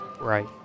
Right